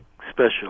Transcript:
special